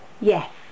Yes